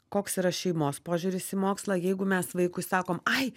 koks yra šeimos požiūris į mokslą jeigu mes vaikui sakom ai